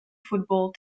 football